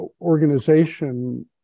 organization